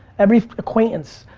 every acquaintance,